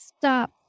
stop